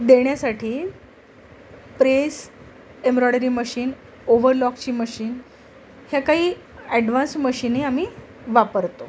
देण्यासाठी press embroidery machine ओव्हलॉकची machine ह्या काही ॲडव्हान्स मशीनी आम्ही वापरतो